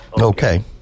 Okay